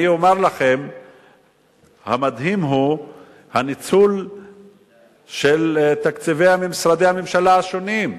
אני אומר לכם שהמדהים הוא הניצול של תקציבי משרדי הממשלה השונים.